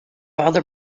other